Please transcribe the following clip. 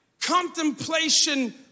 contemplation